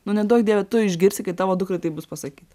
nu neduok dieve tu išgirsi kai tavo dukrai taip bus pasakyta